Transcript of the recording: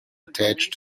attached